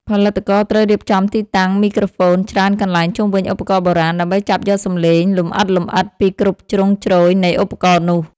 ផលិតករត្រូវរៀបចំទីតាំងមីក្រូហ្វូនច្រើនកន្លែងជុំវិញឧបករណ៍បុរាណ ដើម្បីចាប់យកសំឡេងលម្អិតៗពីគ្រប់ជ្រុងជ្រោយនៃឧបករណ៍នោះ។